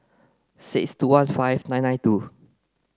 six two one five nine nine two